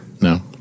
No